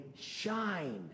shine